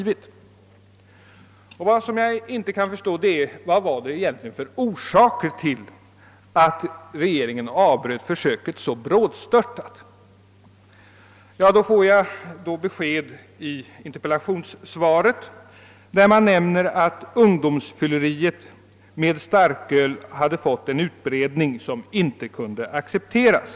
Vilka var egentligen orsakerna till att regeringen avbröt försöket så brådstörtat? Det är detta jag inte kan förstå. I interpellationssvaret får jag beskedet att »ungdomsfylleriet med starköl hade fått en utbredning som inte kunde accepteras».